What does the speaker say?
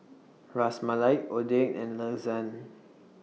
Ras Malai Oden and Lasagne